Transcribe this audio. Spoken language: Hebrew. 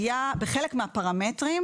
בחלק מהפרמטרים,